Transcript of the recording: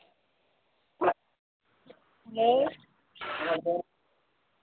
hello